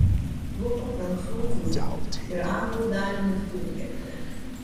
lupa prancūzus ir anglų dalinius diunkerke